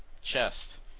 chest